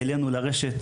שהעלנו לרשת.